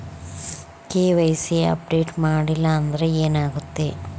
KYC update ಮಾಡಿಲ್ಲ ಅಂದ್ರೆ ಏನಾಗುತ್ತೆ?